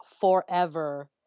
forever